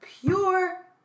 pure